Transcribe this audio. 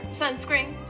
sunscreen